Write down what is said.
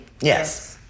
yes